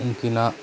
ᱩᱱᱠᱤᱱᱟᱜ